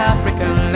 African